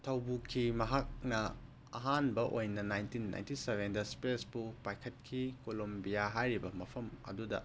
ꯊꯧ ꯄꯨꯈꯤ ꯃꯍꯥꯛꯅ ꯑꯍꯥꯟꯕ ꯑꯣꯏꯅ ꯅꯥꯏꯟꯇꯤꯟ ꯅꯥꯏꯟꯇꯤ ꯁꯕꯦꯟꯗ ꯏꯁꯄꯦꯁꯄꯨ ꯄꯥꯏꯈꯠꯈꯤ ꯀꯣꯂꯣꯝꯕꯤꯌꯥ ꯍꯥꯏꯔꯤꯕ ꯃꯐꯝ ꯑꯗꯨꯗ